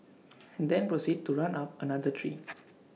and then proceed to run up another tree